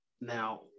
Now